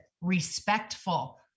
respectful